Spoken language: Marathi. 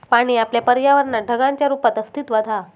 पाणी आपल्या पर्यावरणात ढगांच्या रुपात अस्तित्त्वात हा